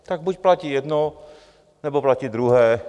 Tak buď platí jedno, nebo platí druhé.